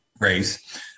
race